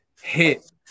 hit